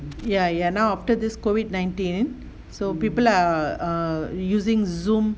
ya ya now after this covid nineteen so people are err using zoom